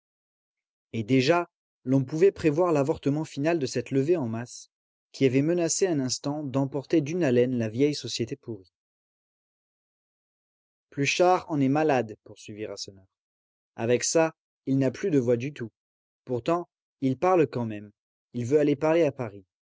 et déjà l'on pouvait prévoir l'avortement final de cette levée en masse qui avait menacé un instant d'emporter d'une haleine la vieille société pourrie pluchart en est malade poursuivit rasseneur avec ça il n'a plus de voix du tout pourtant il parle quand même il veut aller parler à paris